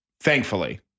Thankfully